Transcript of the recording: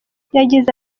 yagize